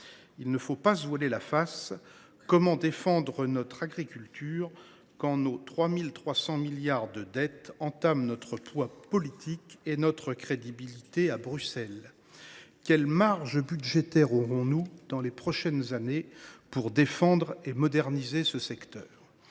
Il ne faut pas se voiler la face. Comment défendre notre agriculture quand nos 3 300 milliards d’euros de dette entament notre poids politique et notre crédibilité à Bruxelles ? Quelles marges budgétaires aurons nous dans les prochaines années pour défendre et moderniser ce secteur ?